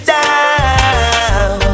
down